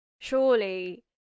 surely